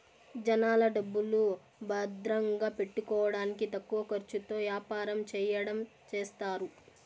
జనాల డబ్బులు భద్రంగా పెట్టుకోడానికి తక్కువ ఖర్చుతో యాపారం చెయ్యడం చేస్తారు